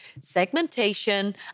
segmentation